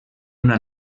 una